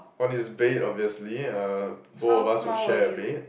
on his bed obviously uh both of us would share a bed